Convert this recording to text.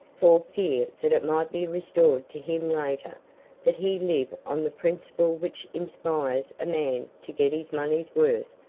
for fear that it might be restored to him later that he live on the principle which inspires a man to get his money's worth,